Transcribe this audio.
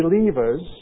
believers